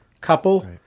couple